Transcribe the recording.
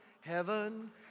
heaven